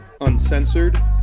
uncensored